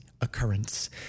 occurrence